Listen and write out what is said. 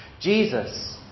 Jesus